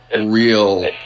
real